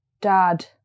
dad